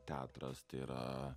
teatras tai yra